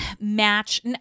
match